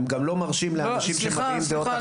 הם גם לא מרשים לאנשים שמביעים דעות אחרות להביע --- לא,